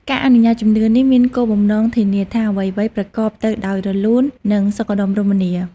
ការអនុវត្តជំនឿនេះមានគោលបំណងធានាថា អ្វីៗប្រព្រឹត្តទៅដោយរលូន និងសុខដុមរមនា។